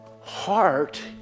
heart